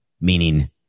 Meaning